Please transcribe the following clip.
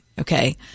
okay